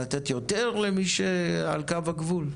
לתת יותר למי שעל קו הגבול?